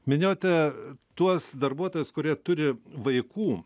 minėjot tuos darbuotojus kurie turi vaikų